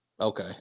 Okay